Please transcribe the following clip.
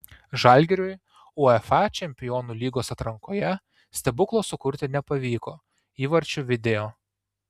žalgiriui uefa čempionų lygos atrankoje stebuklo sukurti nepavyko įvarčių video